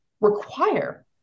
require